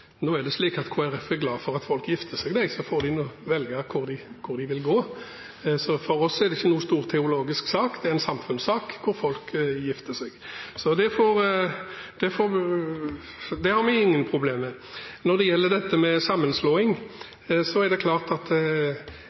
Nå er det slik at Kristelig Folkeparti er glad for at folk gifter seg, og så får de nå velge hvor de vil gå. For oss er det ikke en stor teologisk sak, det er en samfunnssak, hvor folk gifter seg. Det har vi ingen problemer med. Når det gjelder sammenslåing, er det klart at